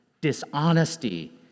dishonesty